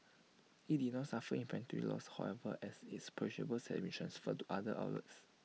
IT did not suffer inventory losses however as its perishables had been transferred to other outlets